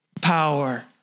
power